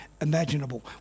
imaginable